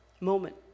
moment